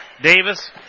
Davis